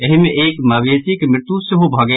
एहि मे एक मवेशीक मृत्यु सेहो भऽ गेल